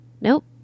Nope